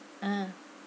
uh